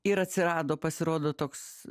ir atsirado pasirodo toks